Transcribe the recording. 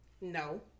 No